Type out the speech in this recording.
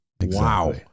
Wow